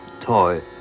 toy